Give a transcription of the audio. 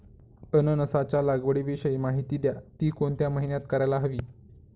अननसाच्या लागवडीविषयी माहिती द्या, ति कोणत्या महिन्यात करायला हवी?